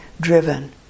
driven